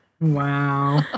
Wow